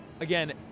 Again